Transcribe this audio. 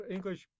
English